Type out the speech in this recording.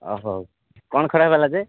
ଅ ହଉ କ'ଣ ଖରାପ ହେଲା ଯେ